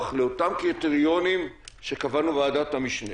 לאותם קריטריונים שקבענו בוועדת המשנה.